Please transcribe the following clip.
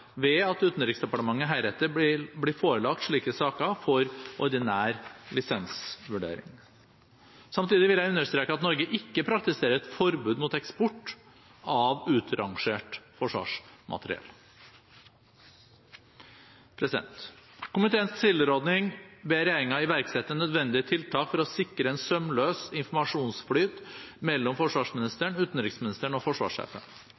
ved at Utenriksdepartementet heretter blir forelagt slike saker for ordinær lisensvurdering. Samtidig vil jeg understreke at Norge ikke praktiserer et forbud mot eksport av utrangert forsvarsmateriell. Komiteen tilrår regjeringen å iverksette nødvendige tiltak for å sikre en sømløs informasjonsflyt mellom forsvarsministeren, utenriksministeren og